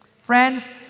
Friends